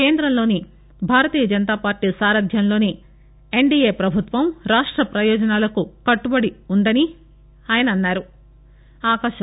కేందంలోని Bharatiya Janata Party సారధ్యంలోని NDA పభుత్వం రాష్ట్ర పయోజనాలకు కట్టుబడి ఉందని ఆయన చెప్పారు